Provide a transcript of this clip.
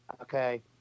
Okay